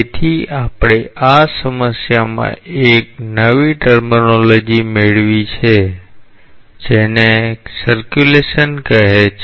તેથી આપણે આ સમસ્યામાં એક નવી પરિભાષા મેળવી છે જેને પરિભ્રમણ કહે છે